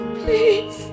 please